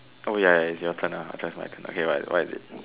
oh ya ya is your turn ah adjust my turn okay but what is it